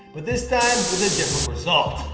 but this time with a different result.